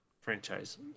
franchise